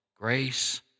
Grace